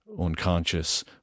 unconscious